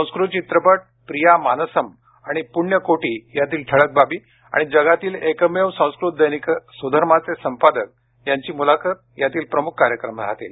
संस्कृत चित्रपट प्रियामानसम आणि पुण्यकोटी यातील ठळक बाबी आणि जगातील एकमेव संस्कृत दैनिक सुधर्माचे संपादक यांची मुलाखत यातील प्रमुख कार्यक्रम राहतील